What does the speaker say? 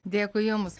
dėkui jums